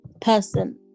person